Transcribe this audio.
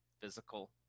physical